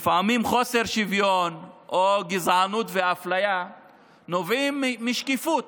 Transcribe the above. לפעמים חוסר שוויון או גזענות ואפליה נובעים משקיפות,